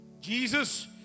Jesus